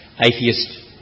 atheist